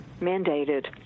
mandated